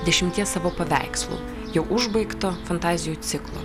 dešimties savo paveikslų jau užbaigto fantazijų ciklo